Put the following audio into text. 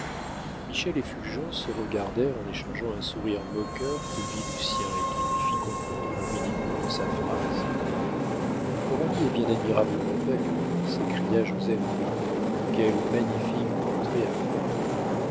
michel et fulgence se regardèrent en échangeant un sourire moqueur que vit lucien et qui lui fit comprendre le ridicule de sa phrase coralie est bien admirablement belle s'écria joseph bridau quel magnifique